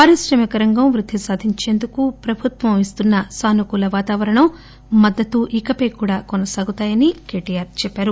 పారిశ్రామిక రంగం వృద్ది సాధించేందుకు ప్రభుత్వం ఇస్తున్న సానుకూల వాతావరణం మద్దతు ఇకపై కూడా కొనసాగుతాయని కేటీఆర్ చెప్పారు